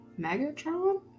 Megatron